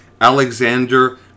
Alexander